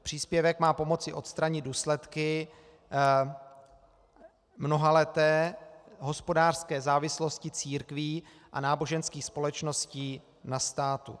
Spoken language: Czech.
Příspěvek má pomoci odstranit důsledky mnohaleté hospodářské závislosti církví a náboženských společností na státu.